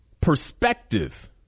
perspective